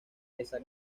esa